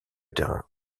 terrain